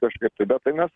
kažkaip tai bet tai mes